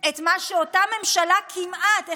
את מה שאותה ממשלה כמעט,